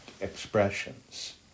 expressions